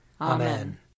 Amen